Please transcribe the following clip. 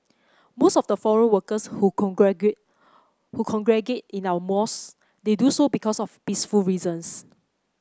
most of the foreign workers who who congregate in our mosques they do so because of peaceful reasons